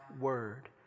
word